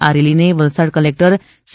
આ રેલીને Valsad collector C